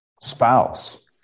spouse